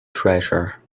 treasure